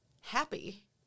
happy